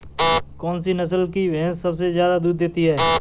कौन सी नस्ल की भैंस सबसे ज्यादा दूध देती है?